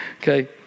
Okay